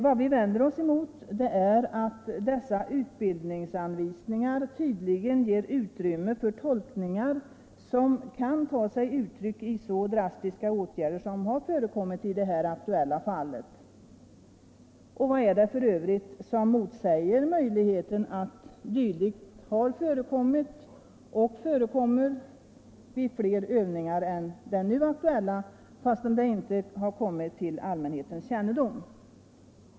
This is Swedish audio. Vad vi vänder oss emot är att dessa utbildningsanvisningar tydligen ger utrymme för tolkningar som tar sig uttryck i så drastiska åtgärder som förekommit i det aktuella fallet. Vad är det för övrigt som säger att sådant här inte har förekommit — och fortfarande förekommer — vid andra övningar än den nu aktuella, fastän det inte kommit till allmänhetens kännedom.